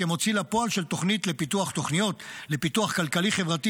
כמוציא לפועל של תוכניות לפיתוח כלכלי-חברתי